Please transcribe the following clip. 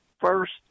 First